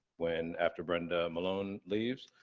when, after brenda malone leaves.